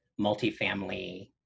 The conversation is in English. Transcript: multifamily